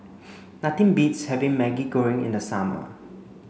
nothing beats having Maggi Goreng in the summer